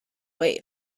wave